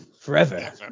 Forever